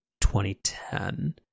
2010